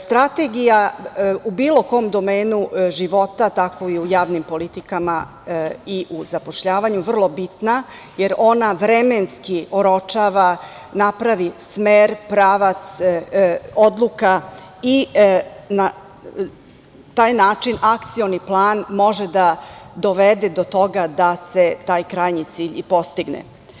Strategija je u bilo kom domenu života, tako i u javnim politikama i u zapošljavanju, vrlo bitna, jer ona vremenski oročava, napravi smer, pravac odluka i na taj način Akcioni plan može da dovede do toga da se taj krajnji cilj i postigne.